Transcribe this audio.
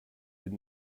bin